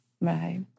Right